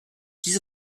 diese